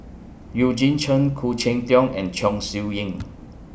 Eugene Chen Khoo Cheng Tiong and Chong Siew Ying